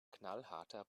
knallharter